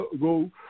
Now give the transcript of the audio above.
go